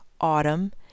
autumn